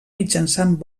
mitjançant